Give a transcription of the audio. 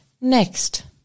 Next